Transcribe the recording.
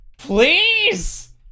PLEASE